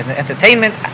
entertainment